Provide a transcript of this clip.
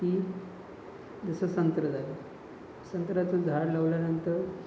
की जसं संत्रं झालं संत्र्याचं झाड लावल्यानंतर